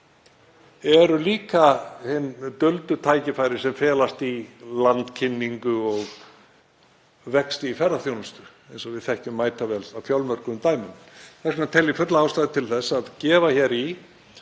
eru líka hin duldu tækifæri sem felast í landkynningu og vexti í ferðaþjónustu, eins og við þekkjum mætavel á fjölmörgum dæmum. Þess vegna tel ég fulla ástæðu til að gefa hér í